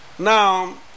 Now